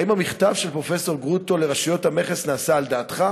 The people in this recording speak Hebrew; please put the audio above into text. האם המכתב של פרופסור גרוטו לרשויות המכס נעשה על דעתך?